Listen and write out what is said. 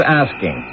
asking